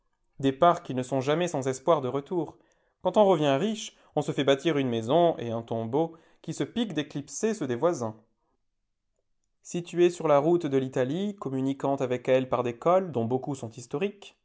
départs qui ne sont jamais sans espoirs de retour quand on revient riche on se fait bâtir une maison et un tombeau qui se piquent d'éclipser ceux des voisins situés sur la route de l'italie communiquant avec elle par des cols dont beaucoup sont historiques